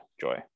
Joy